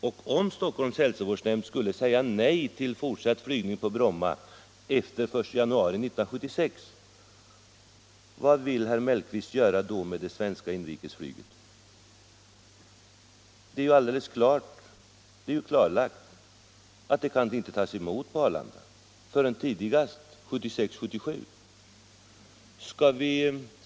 Om Stockholms hälsovårdsnämnd skulle säga nej till fortsatt flygning på Bromma efter den 1 januari 1976, vad vill herr Mellqvist då göra med det svenska inrikesflyget? Det är klarlagt att det inte kan tas emot på Arlanda förrän tidigast 1976-1977.